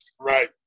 Right